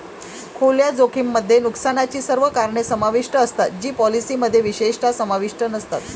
खुल्या जोखमीमध्ये नुकसानाची सर्व कारणे समाविष्ट असतात जी पॉलिसीमध्ये विशेषतः समाविष्ट नसतात